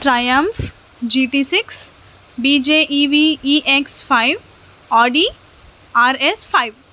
triumph GT six బీజెఈవిఈఎక్స్ five Audi RS five